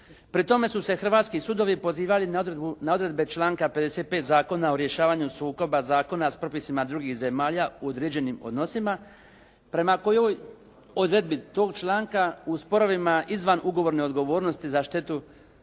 Pri tome su se hrvatski sudovi pozivali na odredbe članka 55. Zakona o rješavanju sukoba zakona s propisima drugih zemalja u određenim odnosima, prema kojoj odredbi tog članka u sporovima izvan ugovorne odgovornosti za štetu